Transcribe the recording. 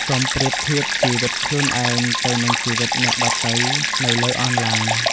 កុំប្រៀបធៀបជីវិតខ្លួនឯងទៅនឹងជីវិតអ្នកដទៃនៅលើអនឡាញ។